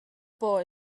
boy